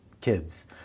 kids